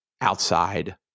outside